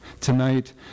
Tonight